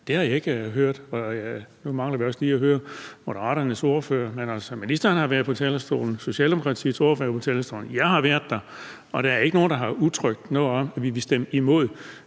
Det har jeg ikke hørt. Nu mangler vi også lige at høre Moderaternes ordfører, men altså, ministeren har været på talerstolen, Socialdemokratiets ordfører har været på talerstolen, jeg har været der, og der er ikke nogen, der har udtrykt noget om, at vi vil stemme imod